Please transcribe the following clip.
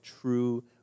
true